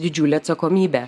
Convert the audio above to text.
didžiulę atsakomybę